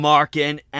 Marking